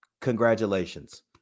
congratulations